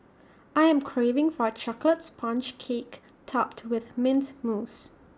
I am craving for A Chocolate Sponge Cake Topped with Mint Mousse